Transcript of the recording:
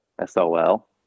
S-O-L